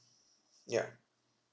ya